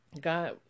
God